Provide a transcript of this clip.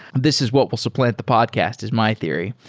this is what will supplant the podcast, is my theory,